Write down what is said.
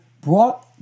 brought